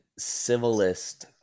Civilist